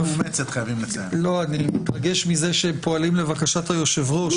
--- לא, אני מתרגש מזה שפועלים לבקשת היושב ראש.